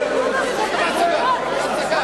בושה.